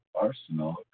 arsenal